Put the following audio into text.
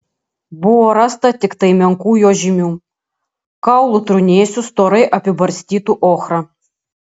buvo rasta tiktai menkų jo žymių kaulų trūnėsių storai apibarstytų ochra